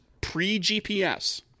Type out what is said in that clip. pre-GPS